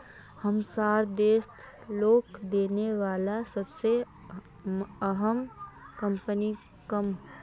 हमसार देशत लोन देने बला सबसे अहम कम्पनी क